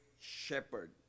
shepherd